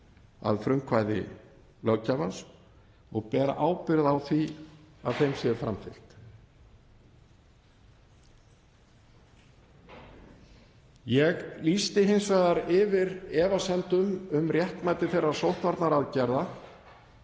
að frumkvæði löggjafans og ber ábyrgð á því að þeim sé framfylgt. Ég lýsti hins vegar yfir efasemdum um réttmæti þeirra sóttvarnaaðgerða